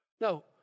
No